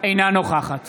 אינה נוכחת